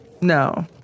No